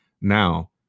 Now